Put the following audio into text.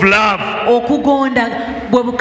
love